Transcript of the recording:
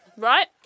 Right